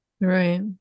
Right